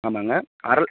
ஆமாங்க அரை